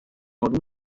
اروم